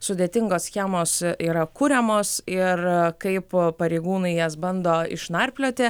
sudėtingos schemos yra kuriamos ir kaip pareigūnai jas bando išnarplioti